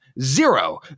zero